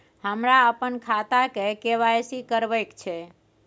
हमरा अपन खाता के के.वाई.सी करबैक छै